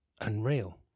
unreal